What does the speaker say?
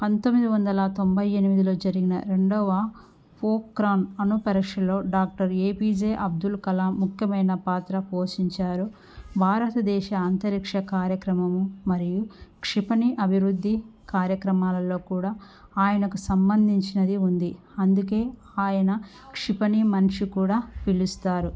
పంతొమ్మిది వందల తొంభై ఎనిమిదిలో జరిగిన రెండవ పోక్రాన్ అణుపరిక్షలో doctor A P J Abdul Kalam ముఖ్యమైన పాత్ర పోషించారు భారతదేశ అంతరిక్ష కార్యక్రమము మరియు క్షిపణి అభివృద్ధి కార్యక్రమాలలో కూడా ఆయనకు సంబంధించినది ఉంది అందుకే ఆయన క్షిపణి మనిషి కూడా పిలుస్తారు